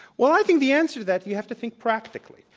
well, i think the answer to that you have to think practically,